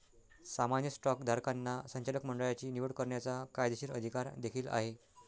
सामान्य स्टॉकधारकांना संचालक मंडळाची निवड करण्याचा कायदेशीर अधिकार देखील आहे